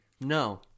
No